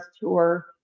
tour